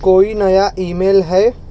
کوئی نیا email ہے